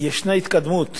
ישנה התקדמות